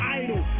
idol